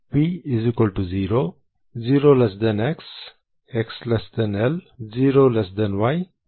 V 0 0 x L 0 y L